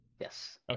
Yes